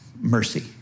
mercy